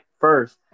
first